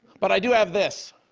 but i do have this,